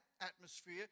atmosphere